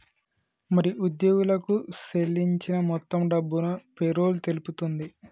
మరి ఉద్యోగులకు సేల్లించిన మొత్తం డబ్బును పేరోల్ తెలుపుతుంది